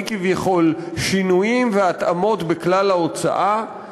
כביכול "שינויים והתאמות בכלל ההוצאה",